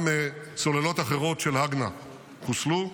גם סוללות אחרות של הגנ"א, חוסלו,